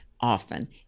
often